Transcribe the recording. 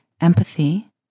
Empathy